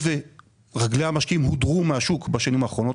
היות ורגלי המשקיעים הודרו מהשוק בשנים האחרונות,